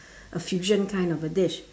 a fusion kind of a dish